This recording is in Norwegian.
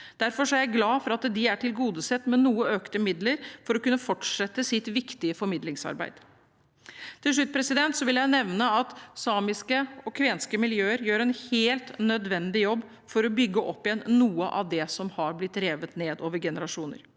Derfor er jeg glad for at de er tilgodesett med noe økte midler for å kunne fortsette sitt viktige formidlingsarbeid. Til slutt vil jeg nevne at samiske og kvenske miljøer gjør en helt nødvendig jobb for å bygge opp igjen noe av det som er blitt revet ned over generasjoner,